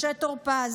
משה טור פז,